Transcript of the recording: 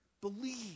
Believe